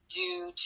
due